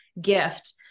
gift